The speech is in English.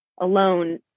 alone